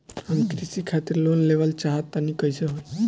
हम कृषि खातिर लोन लेवल चाहऽ तनि कइसे होई?